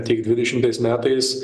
tiek dvidešimtais metais